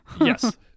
Yes